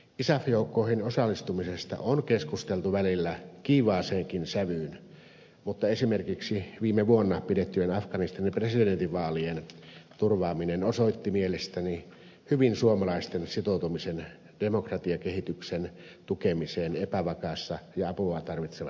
isaf joukkoihin osallistumisesta on keskusteltu välillä kiivaaseenkin sävyyn mutta esimerkiksi viime vuonna pidettyjen afganistanin presidentinvaalien turvaaminen osoitti mielestäni hyvin suomalaisten sitoutumisen demokratiakehityksen tukemiseen epävakaassa ja apua tarvitsevassa maassa